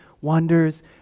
wonders